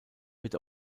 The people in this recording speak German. wird